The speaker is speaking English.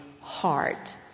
heart